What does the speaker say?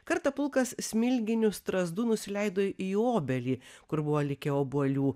kartą pulkas smilginių strazdų nusileido į obelį kur buvo likę obuolių